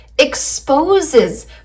exposes